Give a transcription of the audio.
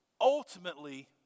ultimately